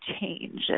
change